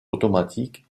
automatique